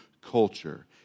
culture